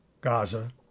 Gaza